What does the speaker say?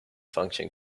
function